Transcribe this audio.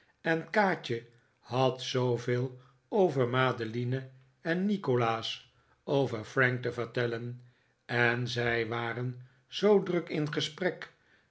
en kaatje had zooveel over madeline en nikolaas over frank te vertellen en zij waren zoo druk in gesprek